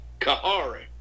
Kahari